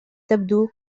تبدو